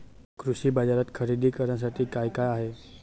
कृषी बाजारात खरेदी करण्यासाठी काय काय आहे?